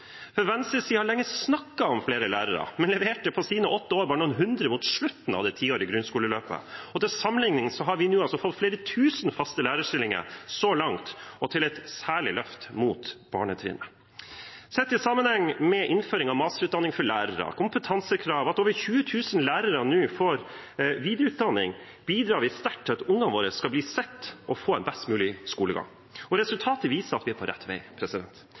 har lenge snakket om flere lærere, men leverte på sine åtte år bare noen hundre på slutten av det tiårige grunnskoleløpet. Til sammenligning har vi så langt fått flere tusen faste lærerstillinger og et særlig løft mot barnetrinnet. Med innføring av masterutdanning for lærere, kompetansekrav og videreutdanning av over 20 000 lærere bidrar vi sterkt til at ungene våre skal bli sett og få en best mulig skolegang. Resultatet viser at vi er på rett vei.